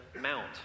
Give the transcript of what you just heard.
Mount